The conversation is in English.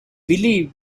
believe